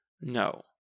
No